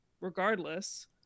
regardless